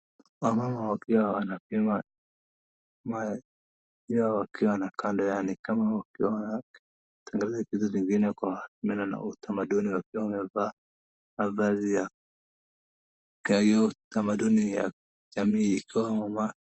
Wamama wakiwa wanapima maziwa wakiwa na kando yao, inaonekana wakiwa karibu vitu zingine kwa mila na utamaduni wakiwa wamevaa mavazi ya utamaduni ya jamii ikiwa wamama.